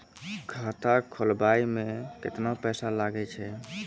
खाता खोलबाबय मे केतना पैसा लगे छै?